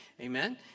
Amen